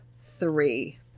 three